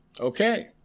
Okay